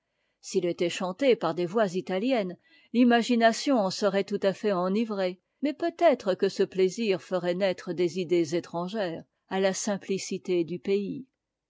s'il était chanté par des voix italiennes l'imagination en serait tout à fait enivrée mais peut-être que ce plaisir ferait naître des idées étrangères à la simplicité du pays